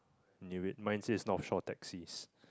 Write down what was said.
ok wait mine says Northshore taxis